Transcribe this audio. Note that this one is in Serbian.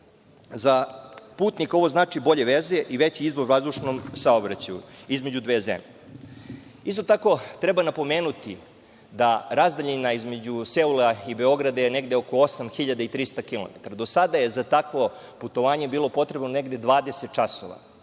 Za putnike ovo znači bolje veze i veći izbor vazdušnog saobraćaja između dve zemlje. Isto tako, treba napomenuti da razdaljina između Seula i Beograda je negde oko 8.300 kilometara. Do sada je za takvo putovanje bilo potrebno negde 20 časova.